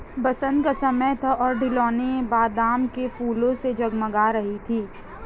बसंत का समय था और ढलानें बादाम के फूलों से जगमगा रही थीं